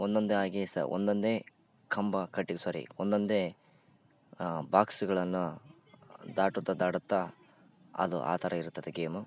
ಒಂದೊಂದೆ ಆಗಿ ಸ ಒಂದೊಂದೆ ಕಂಬ ಕಟ್ಟಿ ಸಾರಿ ಒಂದೊಂದೆ ಬಾಕ್ಸ್ಗಳನ್ನು ದಾಟುತ್ತ ದಾಟುತ್ತ ಅದು ಆ ಥರ ಇರ್ತದೆ ಗೇಮು